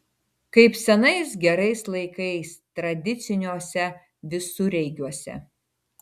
kaip senais gerais laikais tradiciniuose visureigiuose